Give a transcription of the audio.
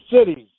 cities